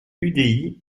udi